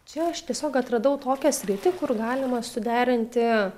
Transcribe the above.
čia aš tiesiog atradau tokią sritį kur galima suderinti